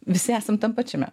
visi esam tam pačiame